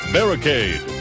Barricade